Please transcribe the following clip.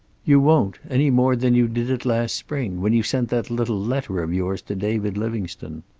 you won't, any more than you did it last spring, when you sent that little letter of yours to david livingstone.